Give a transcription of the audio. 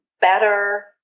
better